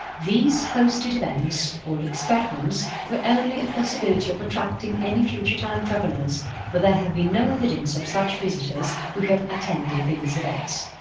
these hosted events or experiments were only a possibility of attracting any future time travellers but there have been no evidence of such visitors who have attended these events.